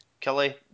Kelly